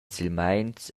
silmeins